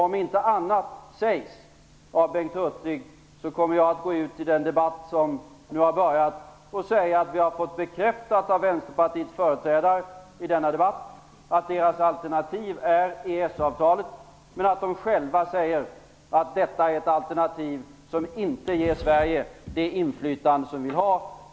Om inte annat sägs av Bengt Hurtig kommer jag att gå ut i den debatt som nu har inletts och säga att vi har fått bekräftat av Vänsterpartiets företrädare under denna debatt att ert alternativ är EES-avtalet, men att ni själva säger att detta är ett alternativ som inte ger Sverige det inflytande som vi borde ha.